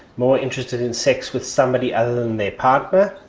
more interested in sex with somebody um their partner,